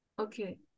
Okay